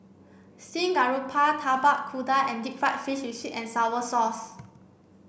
Steamed Garoupa Tapak Kuda and deep fried fish with sweet and sour sauce